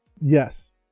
yes